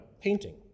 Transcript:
painting